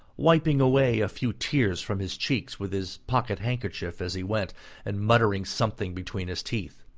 wiping away a few tears from his cheeks with his pocket handkerchief as he went and muttering something between his teeth.